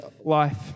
life